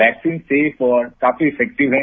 vaccine safe और काफी effective है